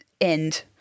end